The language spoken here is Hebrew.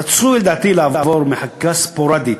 רצוי, לדעתי, לעבור מחקיקה ספורדית,